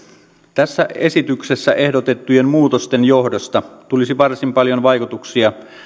tässä esityksessä ehdotettujen muutosten johdosta tulisi varsin paljon vaikutuksia